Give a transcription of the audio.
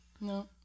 No